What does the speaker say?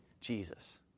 Jesus